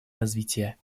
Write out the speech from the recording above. развития